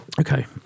Okay